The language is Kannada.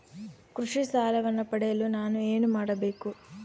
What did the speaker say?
ಕೃಷಿ ಸಾಲವನ್ನು ಪಡೆಯಲು ನಾನು ಏನು ಮಾಡಬೇಕು?